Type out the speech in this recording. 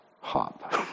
hop